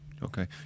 Okay